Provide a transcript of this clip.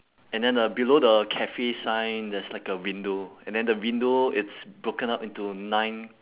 and then the below the cafe sign there's like a window and then the window it's broken up into nine